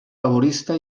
laborista